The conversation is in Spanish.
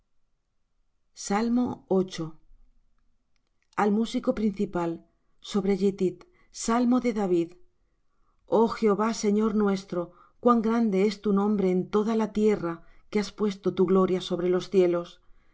altísimo al músico principal sobre gittith salmo de david oh jehová señor nuestro cuán grande es tu nombre en toda la tierra que has puesto tu gloria sobre los cielos